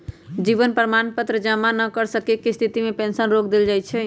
जीवन प्रमाण पत्र जमा न कर सक्केँ के स्थिति में पेंशन रोक देल जाइ छइ